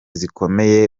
zikomeye